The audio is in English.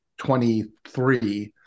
23